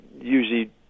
usually